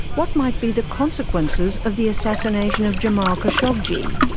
what might be the consequences of the assassination of jamal khashoggi?